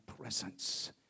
presence